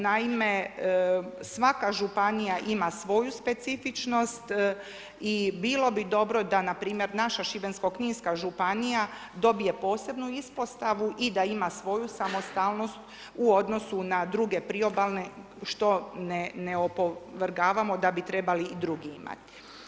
Naime, svaka Županija ima svoju specifičnost i bilo bi dobro da na primjer, naša Šibensko-kninska županija dobije posebnu ispostavu i da ima svoju samostalnost u odnosu na druge priobalne, što ne opovrgavamo da bi trebali i drugi imati.